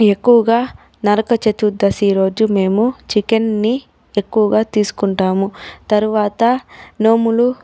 ఎక్కువగా నరక చతుర్దశి రోజు మేము చికెన్ని ఎక్కువగా తీసుకుంటాము తరువాత నోములు